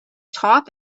top